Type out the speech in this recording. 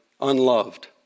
unloved